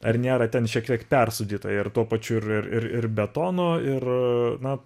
ar nėra ten šiek tiek persūdyta ir tuo pačiu ir ir ir ir betono ir na